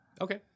Okay